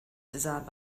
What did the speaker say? designed